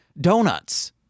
donuts